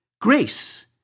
Grace